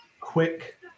quick